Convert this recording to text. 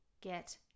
Get